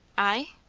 i?